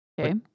Okay